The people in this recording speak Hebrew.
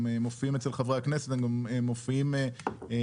הם מופיעים אצל חברי הכנסת והם גם מופיעים בפניכם,